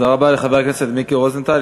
תודה רבה לחבר הכנסת מיקי רוזנטל.